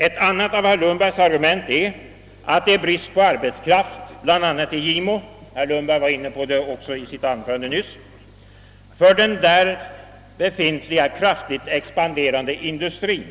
Ett annat av herr Lundbergs argument är att det råder brist på arbetskraft bl.a. i Gimo — herr Lundberg var inne på det också i sitt anförande nyss — för den där befintliga kraftigt expanderande industrien